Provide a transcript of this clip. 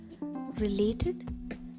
related